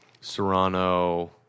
serrano